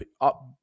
up